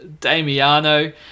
Damiano